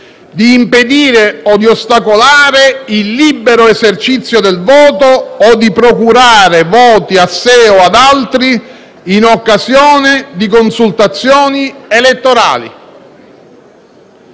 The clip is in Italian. di «impedire od ostacolare il libero esercizio del voto o di procurare voti a sé o ad altri in occasione di consultazioni elettorali».